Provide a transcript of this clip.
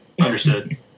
Understood